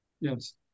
Yes